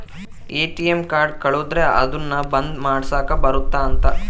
ATM card ಕಳುದ್ರೆ ಅದುನ್ನ ಬಂದ್ ಮಾಡ್ಸಕ್ ಬರುತ್ತ ಅಂತ